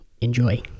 Enjoy